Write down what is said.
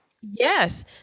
Yes